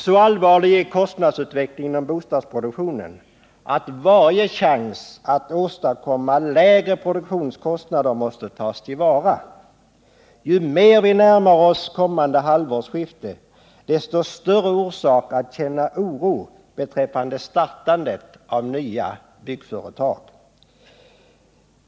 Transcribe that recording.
Så allvarlig är kostnadsutvecklingen inom bostadsproduktionen att varje chans att åstadkomma lägre produktionskostnader måste tas till vara. Ju mer vi närmar oss kommande halvårsskifte, desto större orsak har vi att känna oro beträffande startandet av nya byggföretag.